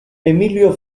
emilio